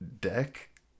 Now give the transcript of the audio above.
deck